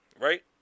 right